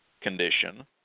condition